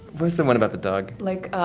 what's the one about the dog? like,